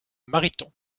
mariton